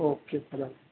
okay father